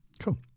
Cool